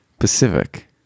Pacific